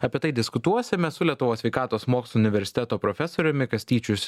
apie tai diskutuosime su lietuvos sveikatos mokslų universiteto profesoriumi kastyčiu